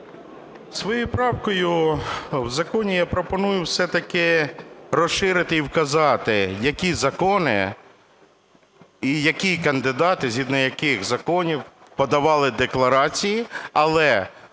Своєю правкою в законі я пропоную все-таки розширити і вказати, які закони і які кандидати згідно яких законів подавали декларації, але